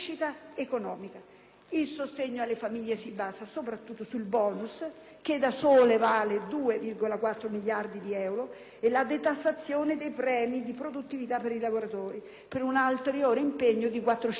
II sostegno alle famiglie si basa soprattutto sul *bonus*, che da solo vale 2,4 miliardi di euro, e sulla detassazione dei premi di produttività per i lavoratori, per un impegno di ulteriori 400 milioni di euro.